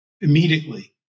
immediately